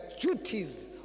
duties